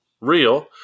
real